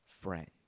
friend